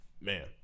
Man